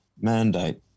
mandate